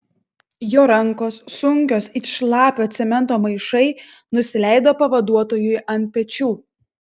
jo rankos sunkios it šlapio cemento maišai nusileido pavaduotojui ant pečių